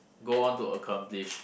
go on to accomplish